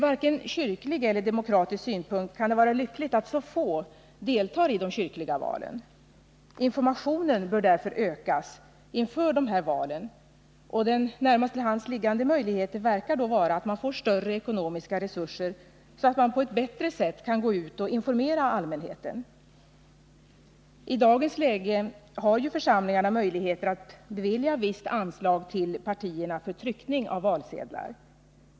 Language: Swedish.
Varken ur kyrklig eller ur demokratisk synpunkt kan det vara lyckligt att så få deltar i de kyrkliga valen. Informationen bör därför ökas inför dessa val, och den närmast till hands liggande möjligheten verkar då vara att man får större ekonomiska resurser, så att man på ett bättre sätt kan gå ut och informera allmänheten. I dagens läge har ju församlingarna möjlighet att bevilja visst anslag till partierna för tryckning av valsedlar.